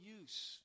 use